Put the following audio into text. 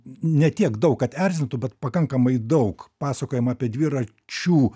ne tiek daug kad erzintų bet pakankamai daug pasakojama apie dviračių